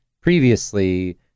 previously